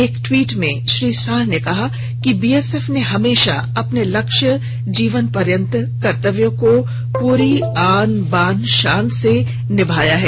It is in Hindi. एक ट्वीट में श्रीशाह ने कहा कि बीएसएफ ने हमेशा अपने लक्ष्य जीवन पर्यन्त कर्तव्य को पूरी आन बान शान से निभाया है